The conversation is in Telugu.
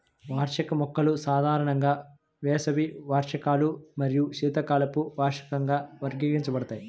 వార్షిక మొక్కలు సాధారణంగా వేసవి వార్షికాలు మరియు శీతాకాలపు వార్షికంగా వర్గీకరించబడతాయి